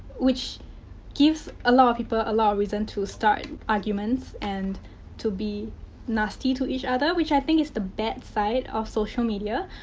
which gives a lot of people a lot reasons to start arguments and to be nasty to each other. which i think is the bad side of social media.